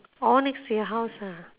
orh next to your house ah